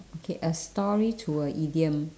okay a story to a idiom